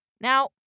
Now